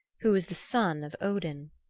who was the son of odin.